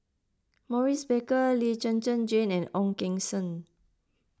Maurice Baker Lee Zhen Zhen Jane and Ong Keng Sen